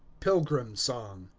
pilgrim song.